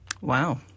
Wow